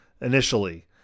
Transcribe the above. initially